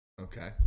okay